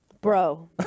bro